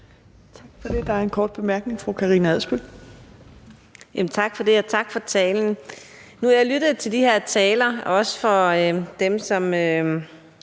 Tak for det. Der er en kort bemærkning. Fru Karina Adsbøl. Kl. 16:05 Karina Adsbøl (DF): Tak for det, og tak for talen. Nu har jeg lyttet til de her taler, også fra dem, som